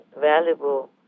valuable